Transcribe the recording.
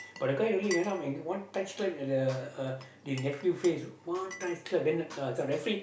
but the guy only went and one tight slap at the uh the nephew face one tight slap and then the this one referee